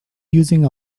using